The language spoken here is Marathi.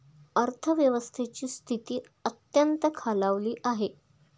अर्थव्यवस्थेची स्थिती अत्यंत खालावली आहे